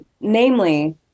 namely